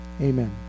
Amen